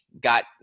got